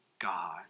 God